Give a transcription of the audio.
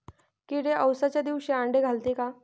किडे अवसच्या दिवशी आंडे घालते का?